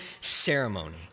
ceremony